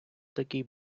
такий